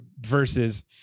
versus